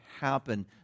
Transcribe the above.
happen